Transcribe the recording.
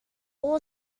all